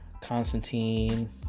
Constantine